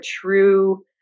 true